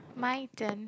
my turn